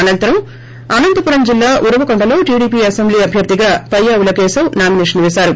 అనతరం అనంతపురం జిల్లా ఉరవకొండలో TDP assembly అభ్యర్థిగా పయ్యావుల కేశవ్ నామినేషన్ పేశారు